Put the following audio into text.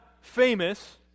famous